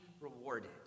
rewarded